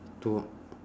two